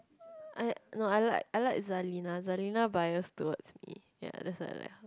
I no I like I like Zalina Zalina bias towards me ya that's why I like